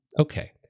Okay